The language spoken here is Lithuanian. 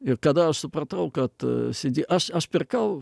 ir kada aš supratau kad cd aš aš pirkau